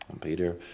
peter